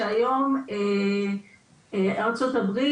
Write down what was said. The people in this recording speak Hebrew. שהיום ארה"ב,